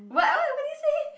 what else what did you say